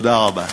תודה רבה.